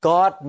God